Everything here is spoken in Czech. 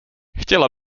chtěla